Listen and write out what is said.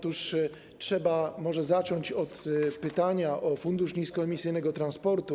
Trzeba może zacząć od pytania o Fundusz Niskoemisyjnego Transportu.